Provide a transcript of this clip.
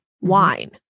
wine